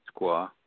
squaw